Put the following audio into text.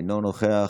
אינו נוכח,